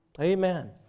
Amen